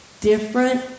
different